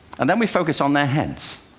and then we focus on their heads.